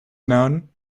known